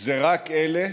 זה רק מאלה